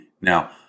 Now